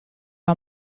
are